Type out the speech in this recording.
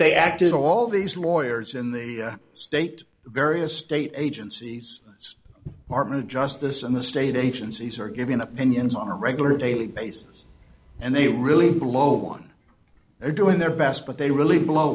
they acted all these lawyers in the state various state agencies partner justice and the state agencies are giving opinions on a regular daily basis and they really blow on they're doing their best but they really blow